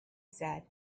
said